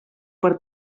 per